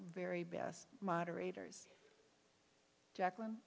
very best moderators jacqueline